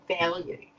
value